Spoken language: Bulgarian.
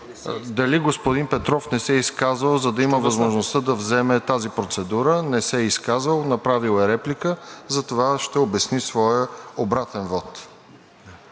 дали господин Петров се е изказал, за да има възможността да вземе тази процедура?! Не се е изказал, направил е реплика и затова ще обясни своя обратен вот.